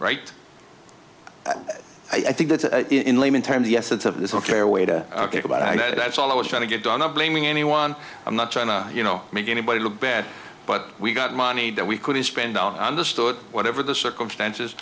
right i think that in layman terms the essence of this ok are way to ok but i know that's all i was trying to get done i'm blaming anyone i'm not trying to you know make anybody look bad but we got money that we could spend on understood whatever the circumstances